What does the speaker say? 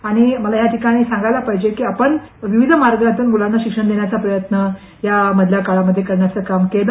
आणि मला या ठिकाणी सांगायला पाहिजे की आपण विविध मार्गातून मूलांना शिक्षण देण्याचा प्रयत्न या मधल्या काळामध्ये करण्याचं काम केलं